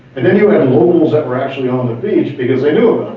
and then you get locals that are actually on the beach because they knew